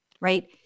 right